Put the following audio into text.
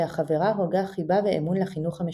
שהחברה הוגה חיבה ואימון לחינוך המשותף.